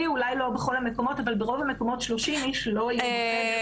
אולי לא בכל המקומות אבל ברוב המקומות 30 איש לא יהיו בחדר,